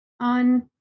on